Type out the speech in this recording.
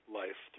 life